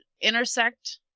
intersect